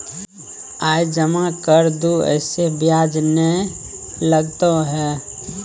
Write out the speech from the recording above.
आय जमा कर दू ऐसे ब्याज ने लगतै है?